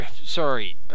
sorry